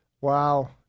wow